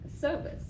service